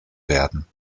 werden